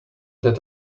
that